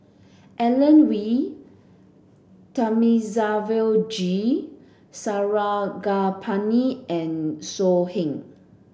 Alan Oei Thamizhavel G Sarangapani and So Heng